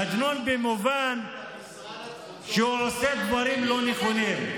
מג'נון במובן שהוא עושה דברים לא נכונים.